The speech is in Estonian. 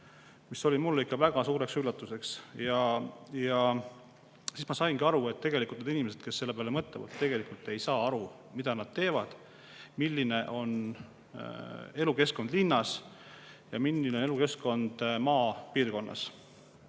See oli mulle ikka väga suureks üllatuseks. Siis ma saingi aru, et need inimesed, kes selle peale mõtlevad, tegelikult ei saa aru, mida nad teevad, milline on elukeskkond linnas ja milline on elukeskkond maapiirkonnas.